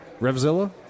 Revzilla